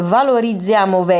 Valorizziamo